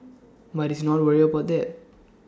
but he's not worried about that